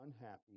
unhappy